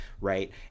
right